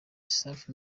safi